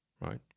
right